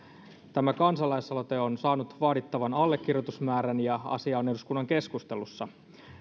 tämä kansalaisaloite on saanut vaadittavan allekirjoitusmäärän ja asia on eduskunnan keskustelussa